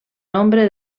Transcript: nombre